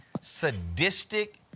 sadistic